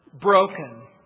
broken